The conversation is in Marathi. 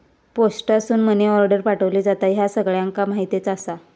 पोस्टासून मनी आर्डर पाठवली जाता, ह्या सगळ्यांका माहीतच आसा